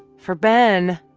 for ben,